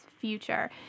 future